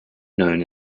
known